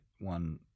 one